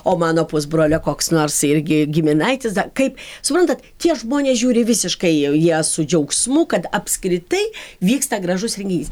o mano pusbrolio koks nors irgi giminaitis dar kaip suprantat tie žmonės žiūri visiškai jie su džiaugsmu kad apskritai vyksta gražus renginys